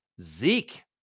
Zeke